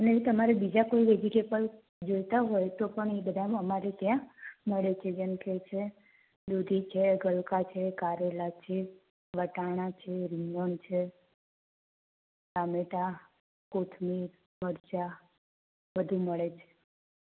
અને તમારે બીજા કોઈ વેજિટેબલ્સ જોઈતા હોય તો પણ એ બધાનું અમારે ત્યાં મળે છે જેમકે દૂધી છે ગલકા છે કરેલા છે વટાણા છે રીંગણ છે ટામેટાં કોથમીર મરચાં બધુ મળે છે